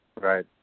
Right